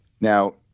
Now